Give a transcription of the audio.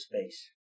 space